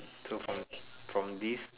so from from this